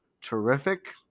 terrific